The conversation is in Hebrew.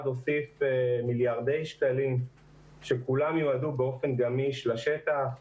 הוסיף מיליארדי שקלים שכולם יועדו באופן גמיש לשטח.